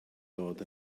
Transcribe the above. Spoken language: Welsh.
dod